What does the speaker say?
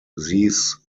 these